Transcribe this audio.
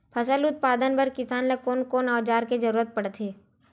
फसल उत्पादन बर किसान ला कोन कोन औजार के जरूरत होथे?